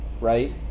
right